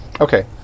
Okay